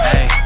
Hey